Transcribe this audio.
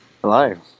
Hello